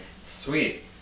Sweet